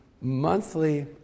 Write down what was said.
monthly